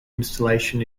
installation